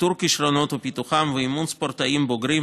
לאיתור כישרונות ופיתוחם ולאימון ספורטאים בוגרים,